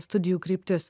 studijų kryptis